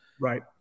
Right